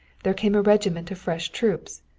there came a regiment of fresh troops,